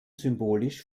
symbolisch